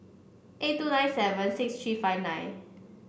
eight two nine seven six three five nine